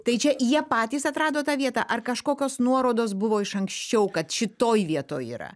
tai čia jie patys atrado tą vietą ar kažkokios nuorodos buvo iš anksčiau kad šitoj vietoj yra